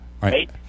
right